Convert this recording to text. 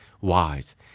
wise